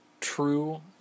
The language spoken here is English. true